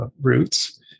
roots